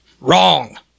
Wrong